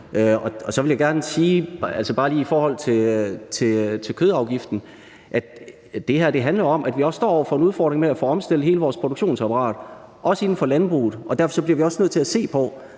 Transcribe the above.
Så vil jeg bare gerne sige i forhold til kødafgiften, at det her handler om, at vi står over for en udfordring med at få omstillet hele vores produktionsapparat, også inden for landbruget, og derfor bliver vi nødt til at se på,